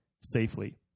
safely